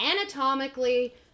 anatomically-